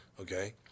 Okay